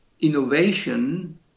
innovation